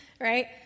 right